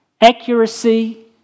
accuracy